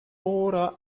oder